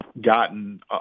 gotten